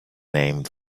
named